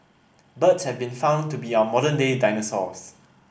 birds have been found to be our modern day dinosaurs